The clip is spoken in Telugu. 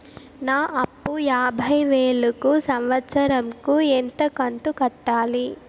నా అప్పు యాభై వేలు కు సంవత్సరం కు ఎంత కంతు కట్టాలి?